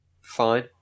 Fine